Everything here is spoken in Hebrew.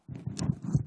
לך.